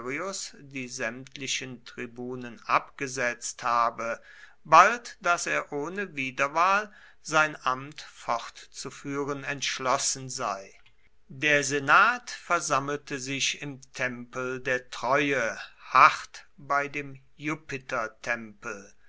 die sämtlichen tribunen abgesetzt habe bald daß er ohne wiederwahl sein amt fortzuführen entschlossen sei der senat versammelte sich im tempel der treue hart bei dem